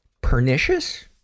pernicious